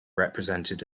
represented